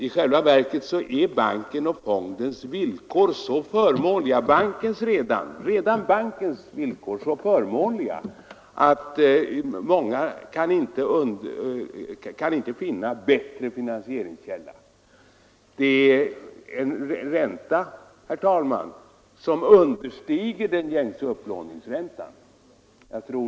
I själva verket är bankens och fondens villkor mycket förmånliga. Redan bankens villkor är så förmånliga att många inte kan finna bättre finansieringskälla. Det är en ränta, herr talman, som understiger den gängse upplåningsräntan.